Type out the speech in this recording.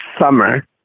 summer